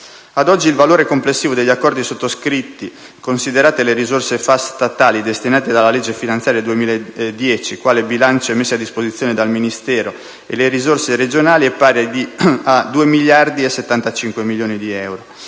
Ad oggi, il valore complessivo degli accordi sottoscritti, considerate le risorse FAS statali destinate dalla legge finanziaria 2010 quale bilancio e messi a disposizione del Ministero e le risorse regionali, è pari a 2.075.000.000 di euro,